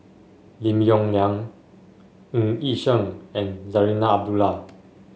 Lim Yong Liang Ng Yi Sheng and Zarinah Abdullah